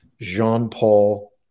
Jean-Paul